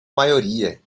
maioria